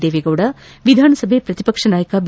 ದೇವೇಗೌಡ ವಿಧಾನಸಭೆಯ ಪ್ರತಿಪಕ್ಷ ನಾಯಕ ಬಿ